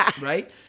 Right